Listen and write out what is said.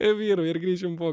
vyrui ir grįšim po